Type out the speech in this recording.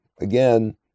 again